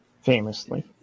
Famously